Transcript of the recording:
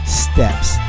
steps